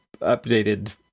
updated